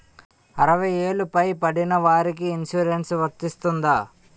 అరవై ఏళ్లు పై పడిన వారికి ఇన్సురెన్స్ వర్తిస్తుందా?